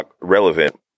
relevant